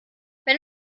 wenn